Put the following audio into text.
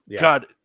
God